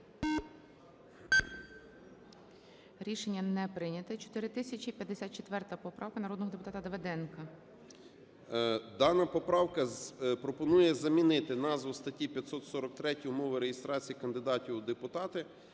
Рішення не прийнято. 4054 поправка, народного депутата Давиденка. 16:22:27 СИДОРОВИЧ Р.М. Дана поправка пропонує замінити назву статті 543 "Умови реєстрації кандидатів у депутати".